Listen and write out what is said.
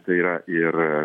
tai yra ir